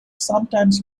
sometimes